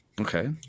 Okay